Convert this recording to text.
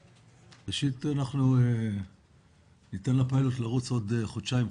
ראשית, אנחנו ניתן לפיילוט לרוץ עוד חודשיים.